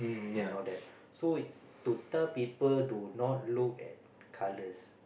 and all that so to tell people do not look at colours